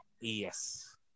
Yes